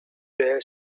dare